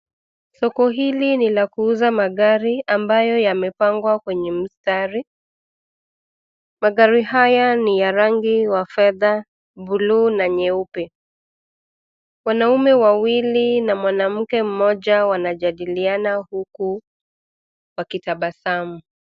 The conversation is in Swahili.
Soko hili ni la kuuza magari ambayo yamepangwa kwenye mstari. Magari haya ni ya rangi wa fedhaa, buluu na nyeupe. Wanaume wawili na mwanamke mmoja wanajadiliana huku wakitabasamu.